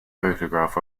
photograph